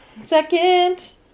Second